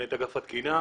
מנהלת אגף התקינה.